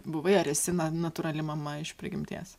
buvai ar esi na natūrali mama iš prigimties